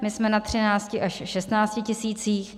My jsme na 13 až 16 tisících.